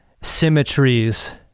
symmetries